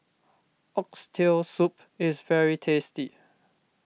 Oxtail Soup is very tasty